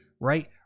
Right